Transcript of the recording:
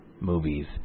movies